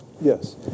Yes